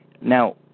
Now